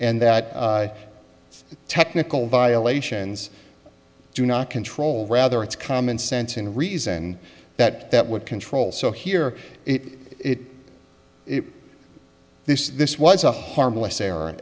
and that technical violations do not control rather it's common sense and reason that that would control so here it is this was a harmless error